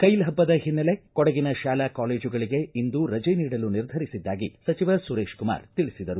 ಕೈಲ್ ಹಬ್ಬದ ಹಿನ್ನೆಲೆ ಕೊಡಗಿನ ಶಾಲೆ ಕಾಲೇಜುಗಳಿಗೆ ಇಂದು ರಜೆ ನೀಡಲು ನಿರ್ಧರಿಸಿದ್ದಾಗಿ ಸಚಿವ ಸುರೇಶ್ ಕುಮಾರ್ ತಿಳಿಸಿದರು